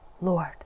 Lord